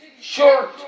short